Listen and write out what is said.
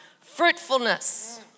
fruitfulness